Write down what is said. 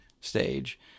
stage